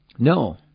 No